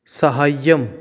सहाय्यम्